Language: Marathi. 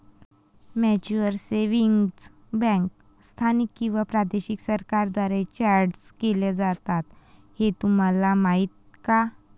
म्युच्युअल सेव्हिंग्ज बँका स्थानिक किंवा प्रादेशिक सरकारांद्वारे चार्टर्ड केल्या जातात हे तुम्हाला माहीत का?